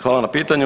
Hvala na pitanju.